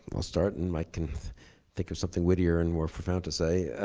i'll start, and mike can think of something wittier and more profound to say.